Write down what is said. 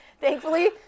thankfully